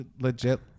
legit